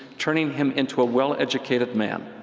turning him into a well-educated man.